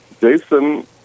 Jason